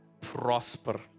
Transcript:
prosper